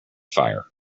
fire